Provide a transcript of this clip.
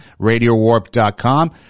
RadioWarp.com